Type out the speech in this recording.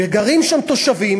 גרים שם תושבים.